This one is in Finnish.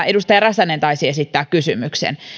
edustaja räsänen taisi esittää kysymyksen